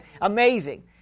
Amazing